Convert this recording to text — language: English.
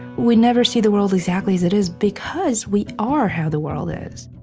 we never see the world exactly as it is because we are how the world is